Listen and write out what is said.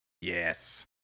Yes